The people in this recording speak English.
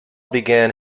began